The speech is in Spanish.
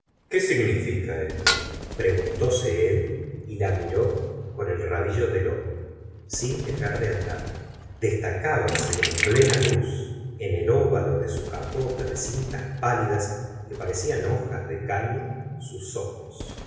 qué significa esto preguntóse él y la miró con el rabillo del ojo sin dejar de andar destacábase en plena luz en el óvalo de su capota de cintas pálidas que parecían hojas de caña sus ojos